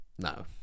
No